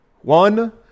One